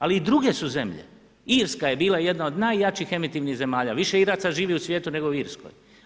Ali i druge su zemlje, Irska je bila jedna od najjačih emitivnih zemalja, više Iraca živi u svijetu nego u Irskoj.